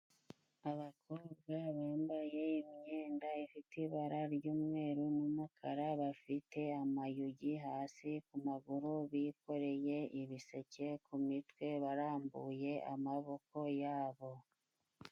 Abakobwa bambaye imyenda ifite ibara ry'umweru n'umukara, bafite amayugi hasi ku maguru bikoreye ibiseke ku mitwe barambuye amaboko yabo.